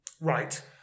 Right